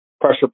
pressure